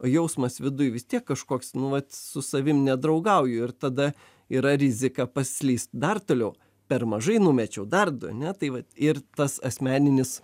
jausmas vidui vis tiek kažkoks nu vat su savim nedraugauju ir tada yra rizika paslyst dar toliau per mažai numečiau dar du ane tai vat ir tas asmeninis